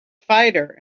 fighter